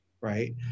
right